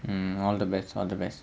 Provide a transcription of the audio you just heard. mm all the best all the best